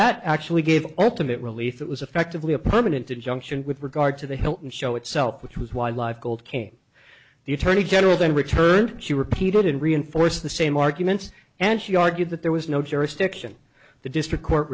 that actually gave ultimate relief it was effectively a permanent injunction with regard to the hilton show itself which was why live gold came the attorney general then returned she repeated and reinforce the same arguments and she argued that there was no jurisdiction the district court